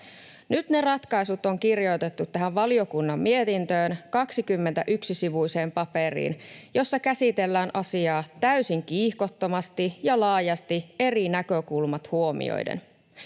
Nyt ne ratkaisut on kirjoitettu tähän valiokunnan mietintöön, 21-sivuiseen paperiin, jossa käsitellään asiaa täysin kiihkottomasti ja laajasti eri näkökulmat huomioiden.